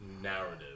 narrative